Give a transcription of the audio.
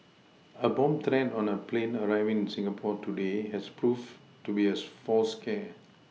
a bomb threat on a plane arriving in Singapore today has proved to be a false scare